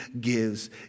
gives